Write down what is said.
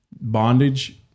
Bondage